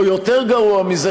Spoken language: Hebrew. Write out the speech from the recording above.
או יותר גרוע מזה,